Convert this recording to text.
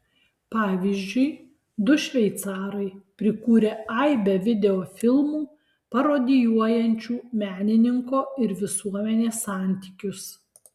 pavyzdžiui du šveicarai prikūrę aibę videofilmų parodijuojančių menininko ir visuomenės santykius